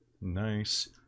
Nice